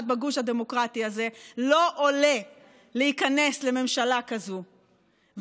בגוש הדמוקרטי הזה להיכנס לממשלה כזאת,